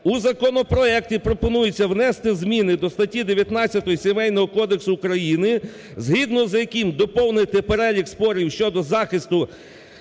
У законопроекті пропонується внести зміни до статті 19 Сімейного кодексу України, згідно з яким доповнити перелік спорів щодо захисту